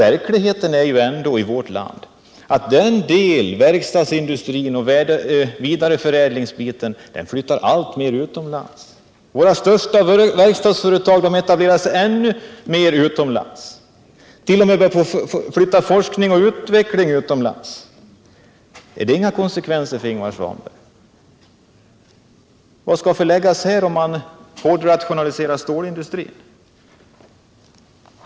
Verkligheten är ju ändå i vårt land att verkstadsindustrin och vidareförädlingen flyttar alltmer utomlands. Våra största verkstadsföretag etablerar sig ännu mera utomlands. Vi flyttar t.o.m. forskning och utveckling utomlands. Drar inte herr Svanberg några konsekvenser av detta? Vad skall förläggas här om man rationaliserar stålindustrin?